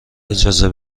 اجازه